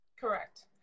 Correct